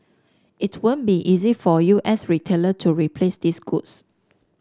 it won't be easy for U S retailer to replace these goods